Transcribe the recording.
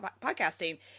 podcasting